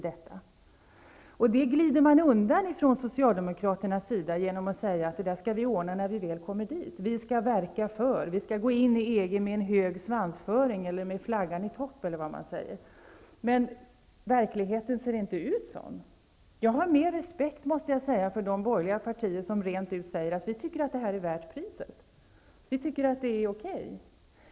Socialdemokraterna glider undan genom att säga att det skall vi ordna när vi väl kommer dit. Vi skall verka för, vi skall gå in i EG med en hög svansföring eller med flaggan i topp, eller hur man vill uttrycka det. Men verkligheten ser inte ut så. Jag måste säga att jag har mer respekt för för de borgerliga partier som rent ut säger: Vi tycker det här är värt priset, vi tycker det är okej.